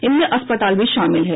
इनमें अस्पताल भी शामिल हैं